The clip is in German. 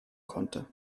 konnte